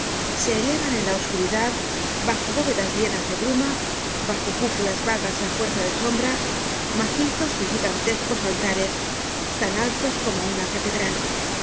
se elevan en la oscuridad bajo bóvedas llenas de bruma bajo cúpulas vagas á fuerza de sombra macizos y gigantescos altares tan altos como una catedral